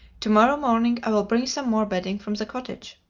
to-morrow morning i will bring some more bedding from her cottage.